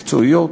מקצועיות.